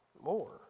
more